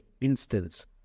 instance